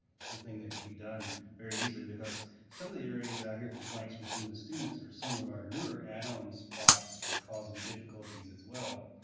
something that could be done very easily because some of areas that i hear complaints from some of the students are some of our newer add-on spots are causing difficulties as well